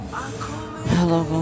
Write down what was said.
Hello